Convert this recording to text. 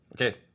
Okay